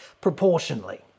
proportionally